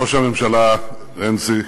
ראש הממשלה רנצי,